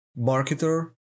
marketer